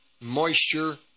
moisture